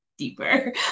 deeper